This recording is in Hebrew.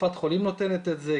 קופת חולים נותנת את זה,